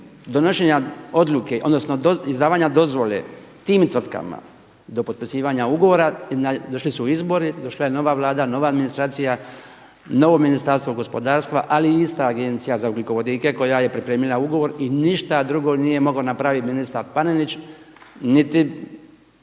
donošenja odluke, odnosno do izdavanja dozvole tim tvrtkama, do potpisivanja ugovora došli su izbori, došla je nova Vlada, nova administracija, novo Ministarstvo gospodarstva, ali i ista Agencija za ugljikovodike koja je pripremila ugovor i ništa drugo nije mogao napraviti ministar Panenić, niti